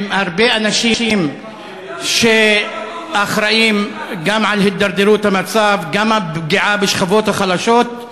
עם הרבה אנשים שאחראים גם להידרדרות המצב וגם לפגיעה בשכבות החלשות.